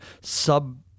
sub